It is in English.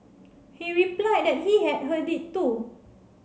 he replied that he had heard it too